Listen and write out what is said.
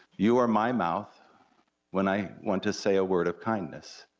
you are my mouth when i want to say a word of kindness,